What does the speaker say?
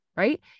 Right